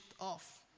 off